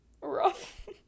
rough